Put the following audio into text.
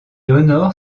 honore